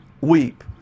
weep